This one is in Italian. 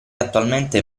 attualmente